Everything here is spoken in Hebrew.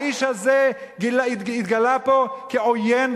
האיש הזה התגלה כעוין,